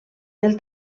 del